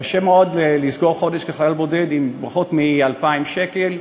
קשה מאוד לסגור חודש כחייל בודד עם פחות מ-2,000 שקל,